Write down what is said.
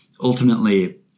ultimately